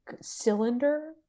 cylinder